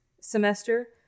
semester